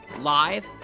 live